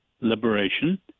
Liberation